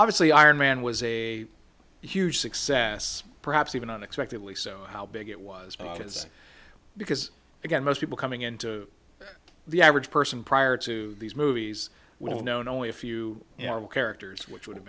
obviously iron man was a huge success perhaps even unexpectedly so how big it was is because again most people coming in to the average person prior to these movies well known only a few characters which would have